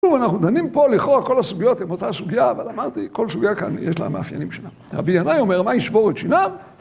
נו אנחנו דנים פה לכאורה כל הסוגיות הן אותה סוגיה אבל אמרתי כל סוגיה כאן יש לה מאפיינים שלה רבי ינאי אומר מה ישבור את שיניו